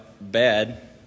bad